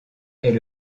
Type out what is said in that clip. est